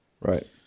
Right